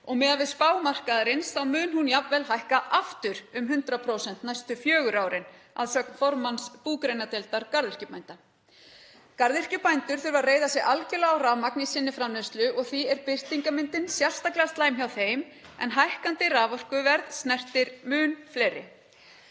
og miðað við spá markaðarins þá mun hún jafnvel hækka aftur um 100% næstu fjögur árin að sögn formanns búgreinadeildar garðyrkjubænda. Garðyrkjubændur þurfa að reiða sig algjörlega á rafmagn í sinni framleiðslu og því er birtingarmyndin sérstaklega slæm hjá þeim. En hækkandi raforkuverð snertir mun fleiri.